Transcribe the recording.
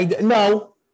No